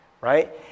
right